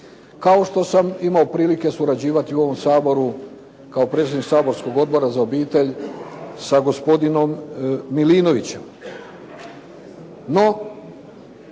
kao što sam imao prilike surađivati u ovom Saboru, kao predsjednik saborskog Odbora za obitelj, sa gospodinom Milinovićem.